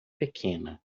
pequena